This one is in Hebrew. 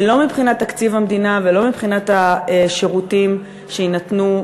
לא מבחינת תקציב המדינה ולא מבחינת השירותים הציבוריים שיינתנו,